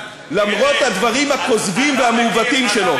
למרות הדברים הכוזבים והמעוותים שלו.